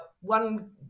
one